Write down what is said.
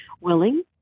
willing